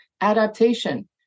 adaptation